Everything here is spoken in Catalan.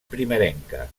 primerenca